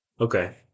Okay